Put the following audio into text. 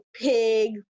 pig